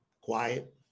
Quiet